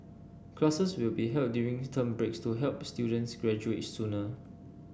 classes will be held during term breaks to help students graduate sooner